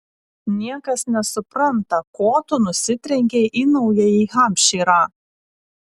niekas nesupranta ko tu nusitrenkei į naująjį hampšyrą